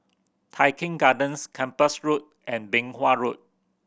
Tai Keng Gardens Kempas Road and Beng Wan Road